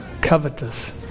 covetous